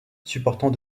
supportant